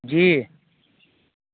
جی